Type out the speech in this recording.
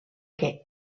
que